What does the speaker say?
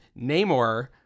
Namor